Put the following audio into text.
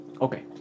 Okay